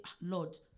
Lord